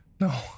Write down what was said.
No